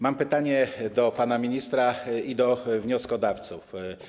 Mam pytanie do pana ministra i do wnioskodawców.